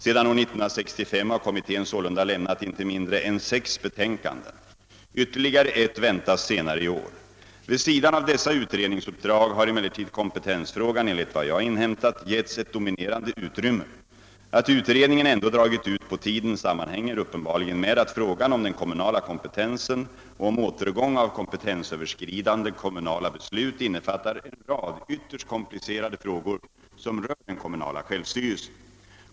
Sedan år 1965 har kommittén sålunda lämnat inte mindre än sex betänkanden. Ytterligare ett väntas senare i år. Vid sidan av dessa utredningsuppdrag har emellertid kompetensfrågan enligt vad jag inhämtat getts ett dominerande utrymme. Att utredningen ändå dragit ut på tiden sammanhänger uppenbarligen med att frågan om den kommunala kompetensen och om återgång av kompetensöverskridande kommunala beslut innefattar en rad ytterst komplicerade frågor som rör den kommunala självstyrelsen.